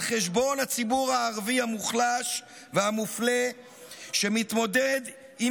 על חשבון הציבור הערבי המוחלש והמופלה שמתמודד עם